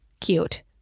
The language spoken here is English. cute